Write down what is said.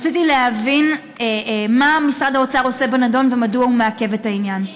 רציתי להבין מה משרד האוצר עושה בנדון ומדוע הוא מעכב את העניין.